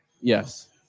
Yes